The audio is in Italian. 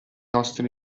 nostri